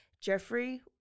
Jeffrey